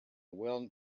well